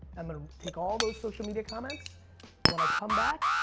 um and take all those social media comments and when i come back.